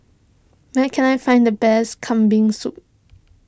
where can I find the best Kambing Soup